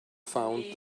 found